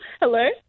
Hello